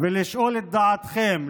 ולשאול לדעתכם.